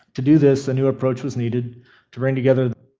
to do this a new approach was needed to bring together?